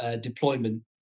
deployment